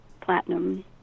platinum